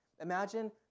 Imagine